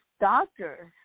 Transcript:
doctors